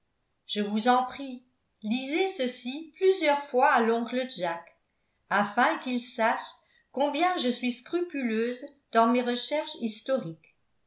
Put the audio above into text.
je vous en prie lisez ceci plusieurs fois à l'oncle jack afin qu'il sache combien je suis scrupuleuse dans mes recherches historiques